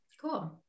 cool